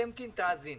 טמקין, תאזין.